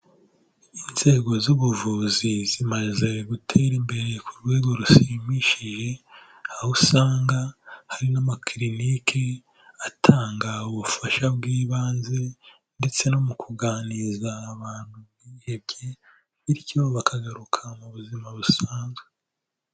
Inzego z'ubuvuzi zimaze gutera imbere ku rwego rushimishije, aho usanga hari n'amakirinike atanga ubufasha bw'ibanze ndetse no mu kuganiriza abantu bihebye, bityo bakagaruka mu buzima busanzwe.